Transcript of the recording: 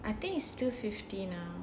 I think is two fifty now